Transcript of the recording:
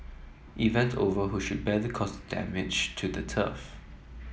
event over who should bear the cost damage to the turf